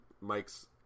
Mike's